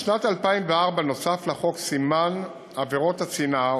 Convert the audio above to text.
בשנת 2004 נוסף לחוק סימן עבירות השנאה,